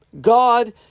God